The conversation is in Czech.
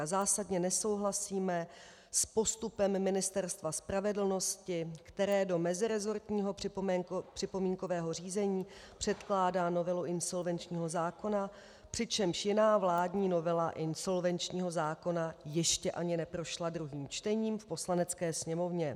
Zásadně nesouhlasíme s postupem Ministerstva spravedlnosti, které do meziresortního připomínkového řízení předkládá novelu insolvenčního zákona, přičemž jiná vládní novela insolvenčního zákona ještě ani neprošla druhým čtením v Poslanecké sněmovně.